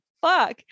fuck